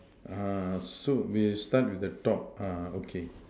so we start with the top okay